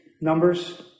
numbers